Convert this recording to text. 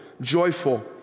joyful